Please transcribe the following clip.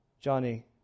Johnny